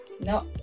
No